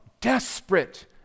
desperate